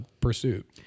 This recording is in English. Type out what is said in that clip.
pursuit